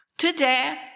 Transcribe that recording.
Today